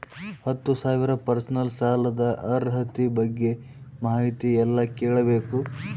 ಹತ್ತು ಸಾವಿರ ಪರ್ಸನಲ್ ಸಾಲದ ಅರ್ಹತಿ ಬಗ್ಗೆ ಮಾಹಿತಿ ಎಲ್ಲ ಕೇಳಬೇಕು?